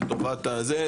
לטובת האירוע במירון.